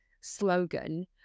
slogan